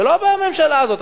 זה לא מהממשלה הזאת,